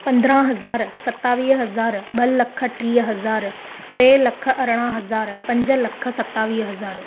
पंद्रहं हज़ार सतावीह हज़ार ॿ लख टीह हज़ार टे लख अरिड़हं हज़ार पंज लख सतावीह हज़ार